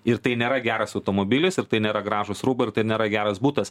ir tai nėra geras automobilis ir tai nėra gražūs rūbai ir nėra geras butas